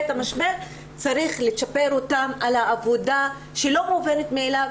בעת המשבר צריך לצ'פר אותן על העבודה שהיא לא מובנת מאליו,